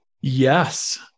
Yes